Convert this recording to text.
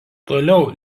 toliau